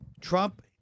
Trump